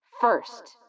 First